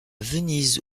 venise